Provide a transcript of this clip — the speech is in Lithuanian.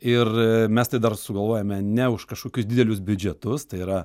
ir mes tai dar sugalvojame ne už kažkokius didelius biudžetus tai yra